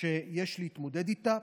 שיש להתמודד איתה,